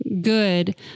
good